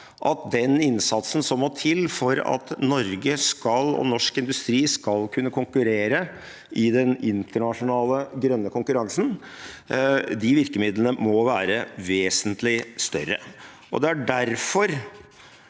at i den innsatsen som må til for at Norge og norsk industri skal kunne konkurrere i den internasjonale grønne konkurransen, må virkemidlene være vesentlig større. Det er derfor